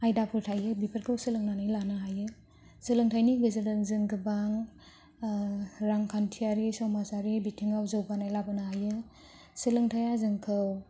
आयदाफोर थायो बेफोरखौ सोलोंनानै लानो हायो सोलोंथाइनि गेजेरजों जों गोबां ओ रांखान्थियारि समाजारि बिथिङाव जौगानाय लाबोनो हायो सोलोंथाया जोंखौ